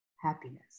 Happiness